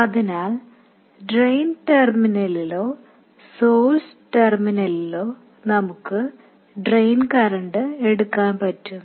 അതിനാൽ ഡ്രെയിൻ ടെർമിനലിലോ സോഴ്സ് ടെർമിനലിലോ നമുക്ക് ഡ്രെയിൻ കറന്റ് എടുക്കാൻ പറ്റും